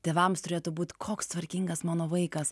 tėvams turėtų būti koks tvarkingas mano vaikas